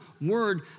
word